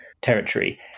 territory